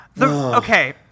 Okay